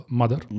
mother